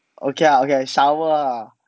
okay lah okay lah shower ah